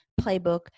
playbook